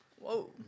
Whoa